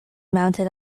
mounted